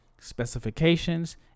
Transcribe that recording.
specifications